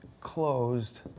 closed